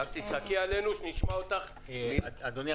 אדוני,